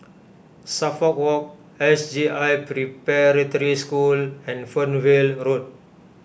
Suffolk Walk S J I Preparatory School and Fernvale Road